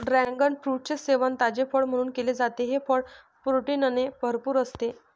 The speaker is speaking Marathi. ड्रॅगन फ्रूटचे सेवन ताजे फळ म्हणून केले जाते, हे फळ प्रोटीनने भरपूर असते